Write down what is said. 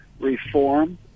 reform